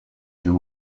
you